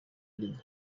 arimo